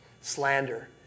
slander